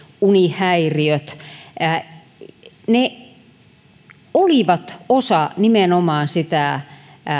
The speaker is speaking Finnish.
unihäiriöt olivat osa nimenomaan sitä